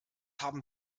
haben